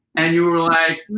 and you were like,